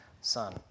son